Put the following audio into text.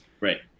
Right